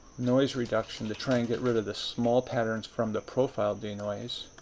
noise reduction to try and get rid of the small patterns from the profile denoise.